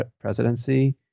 presidency